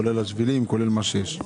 כולל השבילים וכולל כל מה שיש?